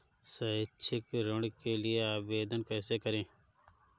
शैक्षिक ऋण के लिए आवेदन कैसे करें?